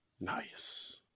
Nice